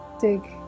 dig